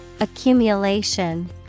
Accumulation